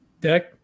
deck